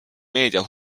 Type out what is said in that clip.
meedia